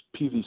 PVC